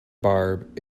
barb